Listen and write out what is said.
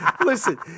listen